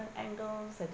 angles